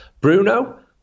Bruno